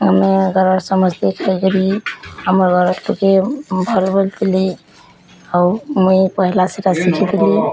ଆମ ଘରେ ସମସ୍ତେ ଖାଇ କରି ଆମ ଘରେ ତୁ କେ ଭଲ୍ ଭଲ୍ ଥିଲେ ଆଉ ମୁଇ ପହେଲା ସେଇଟା ଶିଖି ଥିଲି